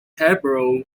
hebrew